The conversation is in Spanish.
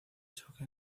choque